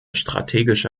strategische